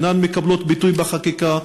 אינן מקבלות ביטוי בחקיקה.